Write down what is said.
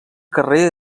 carrer